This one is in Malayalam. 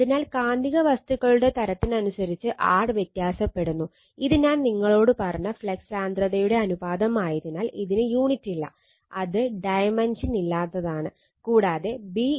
അതിനാൽ കാന്തിക വസ്തുക്കളുടെ തരത്തിനനുസരിച്ച് r വ്യത്യാസപ്പെടുന്നു ഇത് ഞാൻ നിങ്ങളോട് പറഞ്ഞ ഫ്ലക്സ് സാന്ദ്രതയുടെ അനുപാതമായതിനാൽ ഇതിന് യൂണിറ്റില്ല അത് ഡൈമെൻഷൻ ഇല്ലാത്തതാണ്